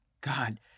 God